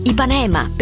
Ipanema